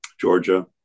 Georgia